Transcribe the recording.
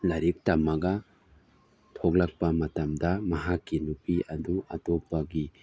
ꯂꯥꯏꯔꯤꯛ ꯇꯝꯃꯒ ꯊꯣꯛꯂꯛꯄ ꯃꯇꯝꯗ ꯃꯍꯥꯛꯀꯤ ꯅꯨꯄꯤ ꯑꯗꯨ ꯑꯇꯣꯞꯄꯒꯤ